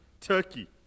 Turkey